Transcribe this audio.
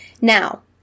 Now